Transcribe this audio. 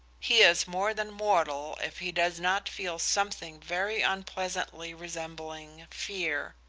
he is more than mortal if he does not feel something very unpleasantly resembling fear.